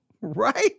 Right